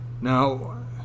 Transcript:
Now